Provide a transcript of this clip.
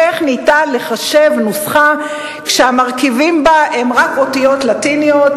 איך אפשר לחשב נוסחה כשהמרכיבים בה הן רק אותיות לטיניות,